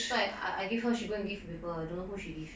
so I I give her she go and give to people I don't know who she give